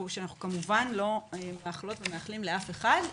שאנחנו כמובן לא מאחלות ומאחלים לאף אחד,